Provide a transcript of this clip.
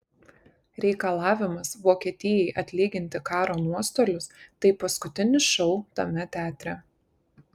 reikalavimas vokietijai atlyginti karo nuostolius tai paskutinis šou tame teatre